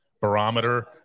barometer